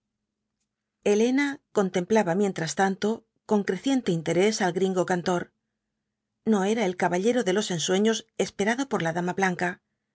elena contemplaba mientras tanto con creciente interés al gringo cantor no era el caballero de los ensueños esperado por la dama blanca era